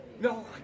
No